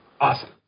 Awesome